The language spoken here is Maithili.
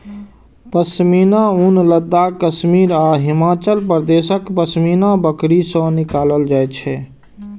पश्मीना ऊन लद्दाख, कश्मीर आ हिमाचल प्रदेशक पश्मीना बकरी सं निकालल जाइ छै